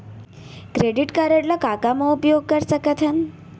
Credit card ला का का मा उपयोग कर सकथन?